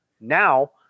Now